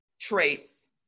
traits